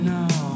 Now